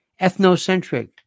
Ethnocentric